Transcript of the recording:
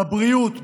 בבריאות,